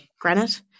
granite